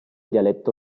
dialetto